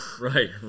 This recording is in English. Right